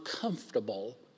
comfortable